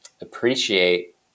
appreciate